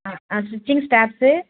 ah ah stitching tapes